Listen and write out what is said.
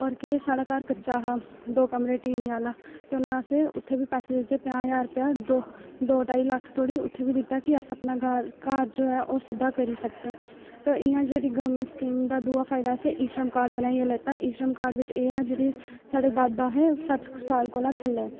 होर केह् साढ़ा घर कच्चा हा दो कमरे टीनें आह्ला ते उनें असें उत्थै बी पैसे दित्ते पंजाह् ज्हार रपेआ दो दो ढाई लक्क धोड़ी उत्थै बी दित्ता के अस घार घर जो ऐ ओह् सिद्धा करी सकने ते इयां जेह्ड़ी गवर्नमेंट स्कीम दा दूआ फायदा असें ई श्रम कार्ड बनाइयै लैता ई श्रम कार्ड बिच्च एह् हा जेह्ड़े साढ़े दादा हे ओह् सट्ठ क साल कोला थल्लै